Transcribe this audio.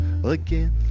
Again